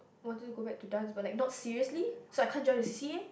wanted to go back to dance but like not seriously so I can't join the C_C_A